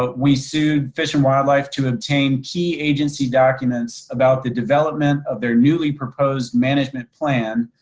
but we sued fish and wildlife to obtain key agency documents about the development of their newly proposed management plan.